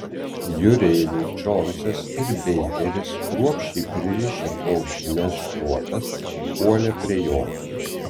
jūreiviai džonsas ir beikeris kruopščiai pririšę plaušines šluotas puolė prie jo